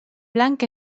blanc